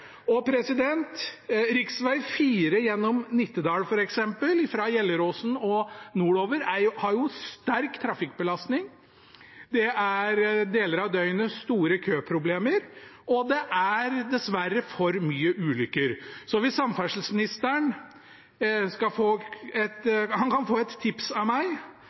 gjennom Nittedal, f.eks., fra Gjelleråsen og nordover, har jo sterk trafikkbelastning. Deler av døgnet er det store køproblemer, og det er dessverre for mye ulykker. Samferdselsministeren kan få et tips av meg, og det er at han